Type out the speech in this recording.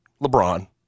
LeBron